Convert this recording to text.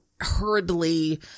hurriedly